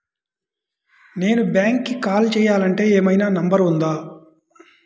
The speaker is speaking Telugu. నేను బ్యాంక్కి కాల్ చేయాలంటే ఏమయినా నంబర్ ఉందా?